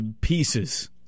pieces